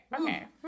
Okay